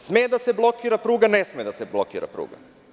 Sme da se blokira pruga, ne sme da se blokira pruga.